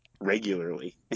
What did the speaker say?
regularly